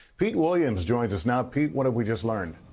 pete williams joins us now. pete, what have we just learned?